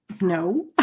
no